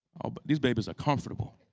oh, but these babies are comfortable.